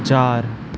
चारि